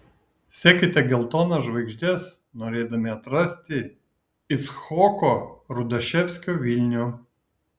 sekite geltonas žvaigždes norėdami atrasti icchoko rudaševskio vilnių